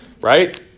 Right